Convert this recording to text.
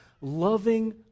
loving